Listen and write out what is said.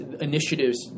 initiatives